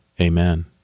Amen